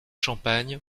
champagne